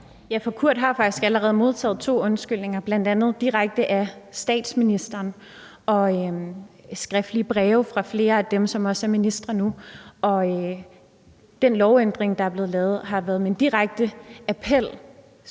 (EL): Kurt har faktisk allerede modtaget to undskyldninger, bl.a. direkte fra statsministeren og også via skriftlige breve fra flere af dem, som er ministre nu. Den lovændring, der er blevet lavet, har været med en direkte appel